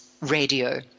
radio